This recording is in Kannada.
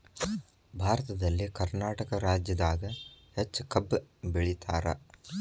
ಭಾರತದಲ್ಲಿ ಕರ್ನಾಟಕ ರಾಜ್ಯದಾಗ ಹೆಚ್ಚ ಕಬ್ಬ್ ಬೆಳಿತಾರ